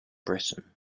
britain